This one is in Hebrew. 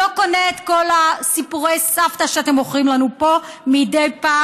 לא קונה את כל סיפורי הסבתא שאתם מוכרים לנו פה מדי פעם,